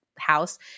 house